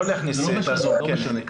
לא משנה,